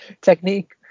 technique